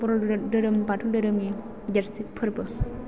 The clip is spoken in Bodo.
बर' धोरोम बाथौ धोरोमनि देरसिन फोरबो